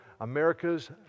America's